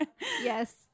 Yes